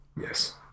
Yes